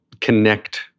connect